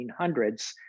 1800s